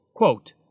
Quote